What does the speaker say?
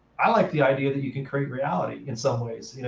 i like the idea that you can create reality in some ways.